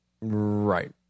Right